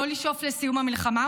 לא לשאוף לסיום המלחמה,